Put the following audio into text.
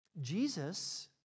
Jesus